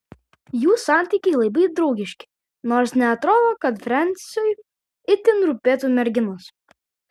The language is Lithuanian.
jų santykiai labai draugiški nors neatrodo kad frensiui itin rūpėtų merginos